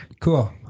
Cool